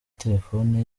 telefone